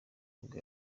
nibwo